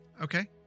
Okay